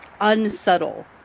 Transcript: unsubtle